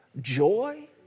joy